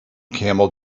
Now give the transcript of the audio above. camel